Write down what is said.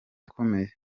ukomeye